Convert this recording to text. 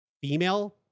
female